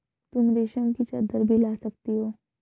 तुम रेशम की चद्दर भी ला सकती हो